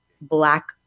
Black